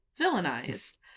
Villainized